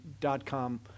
dot-com